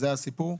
זה הסיפור?